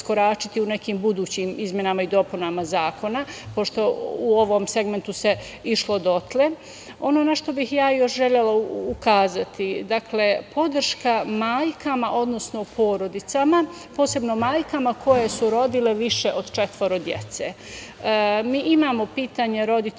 u nekim budućim izmenama i dopunama zakona, pošto u ovom segmentu se išlo dotle. Ono na šta bih ja još želela ukazati, dakle, podrška majkama, odnosno porodicama, posebno majkama koje su rodile više od četvoro dece. Mi imamo pitanje roditeljskog